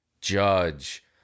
judge